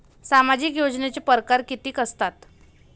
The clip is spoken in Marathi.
सामाजिक योजनेचे परकार कितीक असतात?